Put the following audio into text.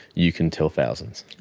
you can tell thousands.